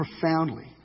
profoundly